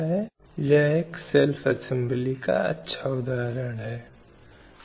उसका मानसिक रूप से स्वस्थ होना या उसे आत्महत्या के लिए मजबूर करना या उसकी सुरक्षा और सुरक्षा के लिए अन्य कदम उठाना